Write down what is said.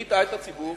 מי הטעה את הציבור?